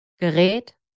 Gerät